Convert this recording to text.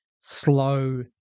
slow